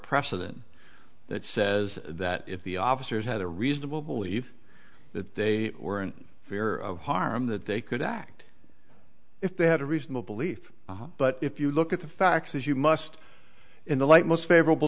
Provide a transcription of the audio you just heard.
precedent that says that if the officers had a reasonable belief that they were in fear of harm that they could act if they had a reasonable belief but if you look at the facts as you must in the light most favorable